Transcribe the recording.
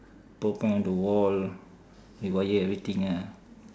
power point on the wall rewire everything ah